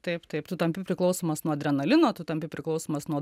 taip taip tu tampi priklausomas nuo adrenalino tu tampi priklausomas nuo